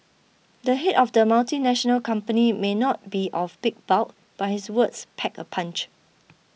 the head of the multinational company may not be of big bulk but his words pack a punch